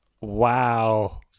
Wow